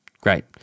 Great